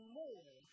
more